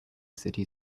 city